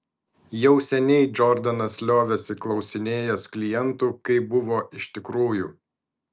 jau seniai džordanas liovėsi klausinėjęs klientų kaip buvo iš tikrųjų